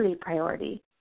priority